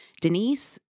Denise